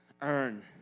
Earn